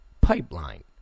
pipeline